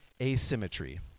asymmetry